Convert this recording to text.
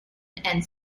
and